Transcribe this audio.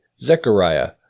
Zechariah